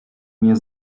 nie